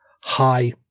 hi